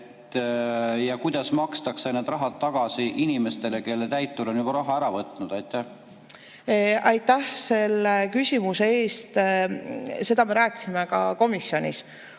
Ja kuidas makstakse see raha tagasi inimestele, kellelt täitur on juba raha ära võtnud? Aitäh selle küsimuse eest! Seda me rääkisime ka komisjonis.